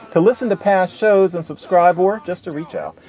to listen to past shows and subscribe or just to reach out,